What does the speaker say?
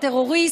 הטרוריסט,